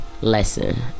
lesson